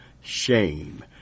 shame